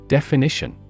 Definition